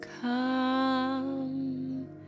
come